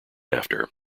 after